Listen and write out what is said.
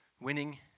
winning